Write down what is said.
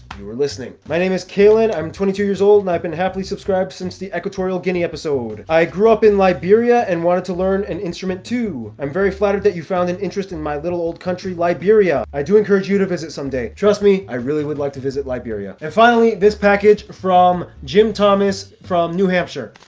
you were listening my name is kayla, i'm twenty two years old, and i've been happily subscribed since the equatorial guinea episode i grew up in liberia and wanted to learn an instrument to i'm very flattered that you found an interest in my little old country, liberia i do encourage you to visit someday trust me i really would like to visit liberia and finally this package from jim thomas from, new hampshire